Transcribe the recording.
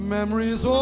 Memories